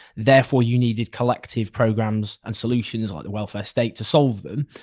therefore you needed collective programmes and solutions like the welfare state to solve them,